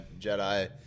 Jedi